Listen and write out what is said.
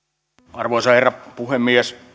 arvoisa herra puhemies